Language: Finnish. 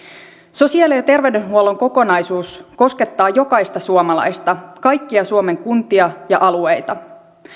sosiaali ja terveydenhuollon kokonaisuus koskettaa jokaista suomalaista kaikkia suomen kuntia ja alueita